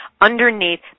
underneath